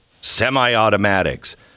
semi-automatics